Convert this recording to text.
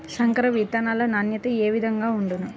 సంకర విత్తనాల నాణ్యత ఏ విధముగా ఉండును?